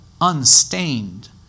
unstained